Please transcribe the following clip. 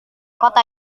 kota